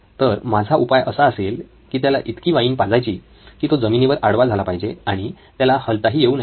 तर माझा उपाय असा असेल की त्याला इतकी वाईन पाजायची की तो जमिनीवर आडवा झाला पाहिजे आणि त्याला हलताही येऊ नये